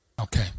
Okay